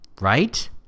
Right